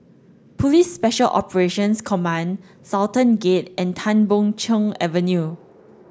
Police Special Operations Command Sultan Gate and Tan Boon Chong Avenue